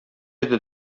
иде